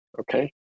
okay